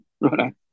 right